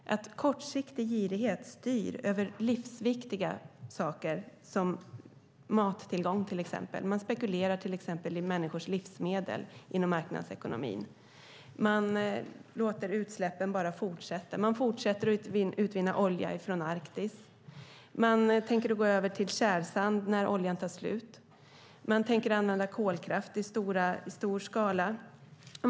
Kortsiktig girighet styr över livsviktiga saker som till exempel mattillgång. Man spekulerar till exempel i människors livsmedel inom marknadsekonomin. Man låter utsläppen bara fortsätta. Man fortsätter att utvinna olja från Arktis. Man tänker gå över till tjärsand när oljan tar slut. Man tänker använda kolkraft i stor skala.